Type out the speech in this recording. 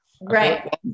right